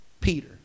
Peter